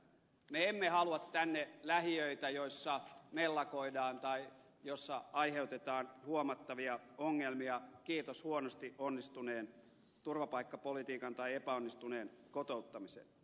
me emme halua tänne lähiöitä joissa mellakoidaan tai joissa aiheutetaan huomattavia ongelmia kiitos huonosti onnistuneen turvapaikkapolitiikan tai epäonnistuneen kotouttamisen